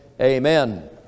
Amen